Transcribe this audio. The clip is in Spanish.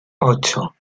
ocho